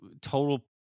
total